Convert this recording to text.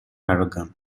aragon